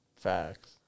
facts